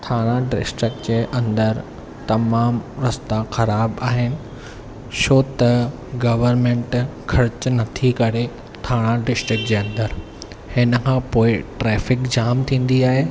Thane district जे अंदरि तमामु रस्ता ख़राब आहिनि छो त गवर्मेंट ख़र्च नथी करे ठाणा डिस्ट्रिक जे अंदरि हिन खां पोइ ट्रैफिक जाम थींदी आहे